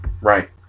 Right